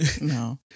No